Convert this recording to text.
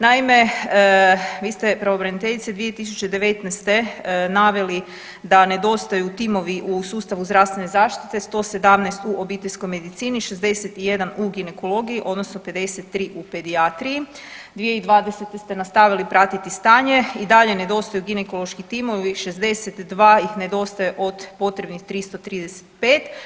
Naime, vi ste pravobraniteljice 2019. naveli da nedostaju timovi u sustavu zdravstvene zaštite, 117 u obiteljskoj medicini, 61 u ginekologiji odnosno 53 u pedijatriji, 2020. ste nastavili pratiti stanje i dalje nedostaju ginekološki timovi, 62 ih nedostaje od potrebnih 335.